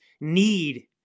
need